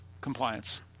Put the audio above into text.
compliance